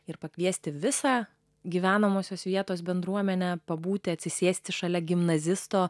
ir pakviesti visą gyvenamosios vietos bendruomenę pabūti atsisėsti šalia gimnazisto